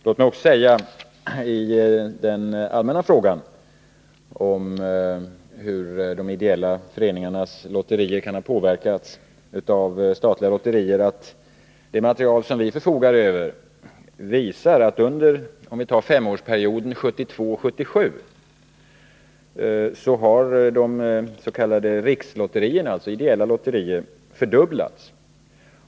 Låt mig säga i den allmänna frågan om hur de ideella föreningarnas lotterier kan ha påverkats av statliga lotterier, att det material som vi förfogar över visar att under femårsperioden 1972-1977 har antalet s.k. rikslotterier, dvs. ideella lotterier, fördubblats.